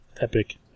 epic